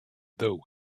though